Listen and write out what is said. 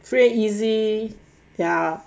free and easy ya